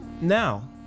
Now